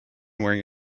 wearing